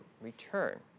return